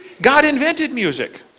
god invented music.